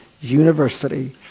University